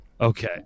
Okay